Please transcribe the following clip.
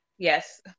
yes